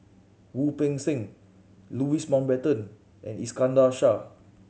Wu Peng Seng Louis Mountbatten and Iskandar Shah